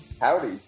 Howdy